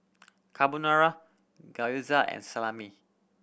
Carbonara Gyoza and Salami